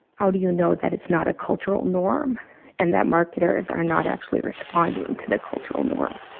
how do you know that it's not a cultural norm and that marketers are not actually responding to the cultural norm?